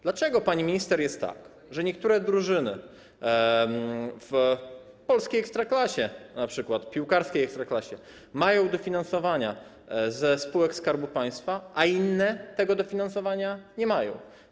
Dlaczego, pani minister, jest tak, że niektóre drużyny w polskiej ekstraklasie, np. piłkarskiej ekstraklasie, mają dofinansowanie ze spółek Skarbu Państwa, a inne tego dofinansowania nie mają?